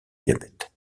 diabète